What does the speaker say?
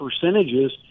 percentages